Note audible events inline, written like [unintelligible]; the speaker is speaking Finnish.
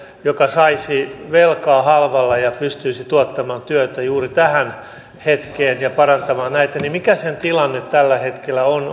joka saisi velkaa halvalla ja pystyisi tuottamaan työtä juuri tähän hetkeen ja parantamaan näitä tilanne tällä hetkellä on [unintelligible]